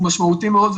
הוא משמעותי מאוד.